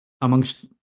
amongst